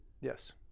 Yes